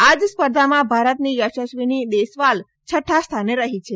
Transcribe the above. આજ સ્પર્ધામાં ભારતની યશસ્વીની દેસવાલ છઠ્ઠા સ્થાને રહી છે